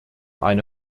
eine